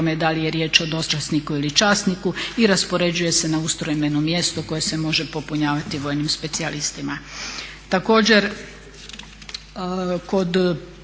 da li je riječ o dočasniku ili časniku i raspoređuje se na ustrojbeno mjesto koje se može popunjavati vojnim specijalistima. Također, kod vojne